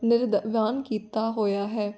ਨਿਰਵਾਨ ਕੀਤਾ ਹੋਇਆ ਹੈ